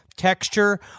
texture